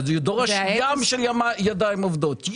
זה דורש ים של ידיים עובדות.